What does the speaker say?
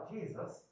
Jesus